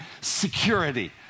security